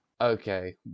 okay